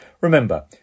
Remember